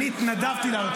אני התנדבתי לעלות,